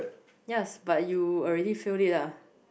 yes but you already feel it ah